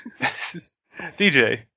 DJ